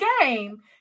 game